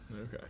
Okay